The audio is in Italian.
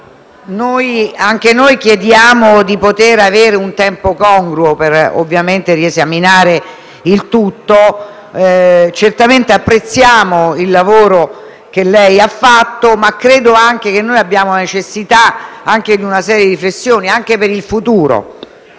anche noi chiediamo di poter avere un tempo congruo per poter riesaminare il tutto. Certamente apprezziamo il lavoro che lei ha fatto, ma credo anche che abbiamo la necessità di una serie di riflessioni, anche per il futuro.